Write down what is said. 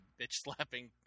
bitch-slapping